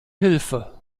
hilfe